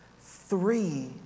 three